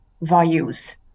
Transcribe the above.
values